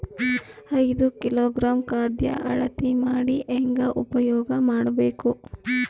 ಐದು ಕಿಲೋಗ್ರಾಂ ಖಾದ್ಯ ಅಳತಿ ಮಾಡಿ ಹೇಂಗ ಉಪಯೋಗ ಮಾಡಬೇಕು?